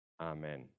amen